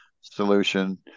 solution